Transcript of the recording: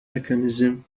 mechanism